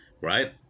right